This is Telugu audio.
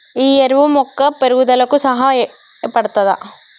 ఈ ఎరువు మొక్క పెరుగుదలకు సహాయపడుతదా?